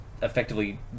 effectively